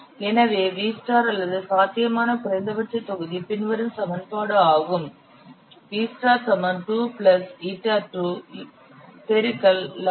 எனவே V அல்லது சாத்தியமான குறைந்தபட்ச தொகுதி பின்வரும் சமன்பாடு ஆகும் V 2 η2log22 η2